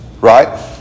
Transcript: Right